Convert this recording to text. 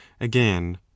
again